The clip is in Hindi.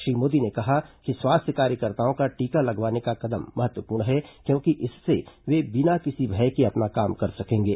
श्री मोदी ने कहा कि स्वास्थ्य कार्यकर्ताओं का टीका लगवाने का कदम महत्वपूर्ण है क्योंकि इससे वे बिना किसी भय के अपना काम कर सकेंगे